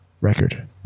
record